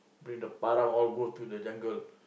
bring the parang all go to the jungle